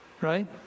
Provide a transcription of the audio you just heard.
right